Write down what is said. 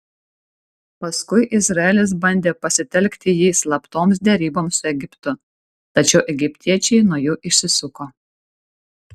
paskui izraelis bandė pasitelkti jį slaptoms deryboms su egiptu tačiau egiptiečiai nuo jų išsisuko